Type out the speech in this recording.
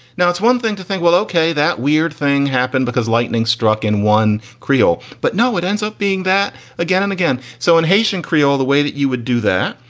now it's one thing to think, well, ok, that weird thing happened because lightning struck in one kriol, but now it ends up being that again and again. so in haitian creole, the way that you would do that,